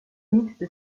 mixte